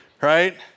right